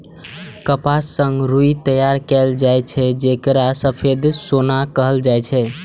कपास सं रुई तैयार कैल जाए छै, जेकरा सफेद सोना कहल जाए छै